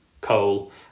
coal